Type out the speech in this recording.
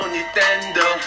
Nintendo